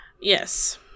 Yes